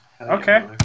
Okay